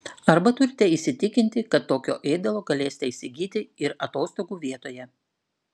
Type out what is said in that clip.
arba turite įsitikinti kad tokio ėdalo galėsite įsigyti ir atostogų vietoje